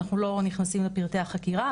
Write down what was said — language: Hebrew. אנחנו לא נכנסים לפרטי החקירה,